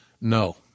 No